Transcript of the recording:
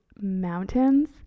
mountains